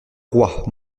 roi